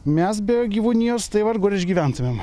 mes be gyvūnijos tai vargu ar išgyventumėm